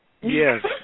Yes